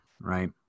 Right